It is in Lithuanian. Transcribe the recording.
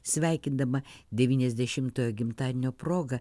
sveikindama devyniasdešimtojo gimtadienio proga